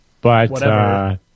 but-